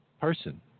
person